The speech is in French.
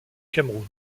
cameroun